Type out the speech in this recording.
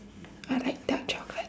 I like dark chocolate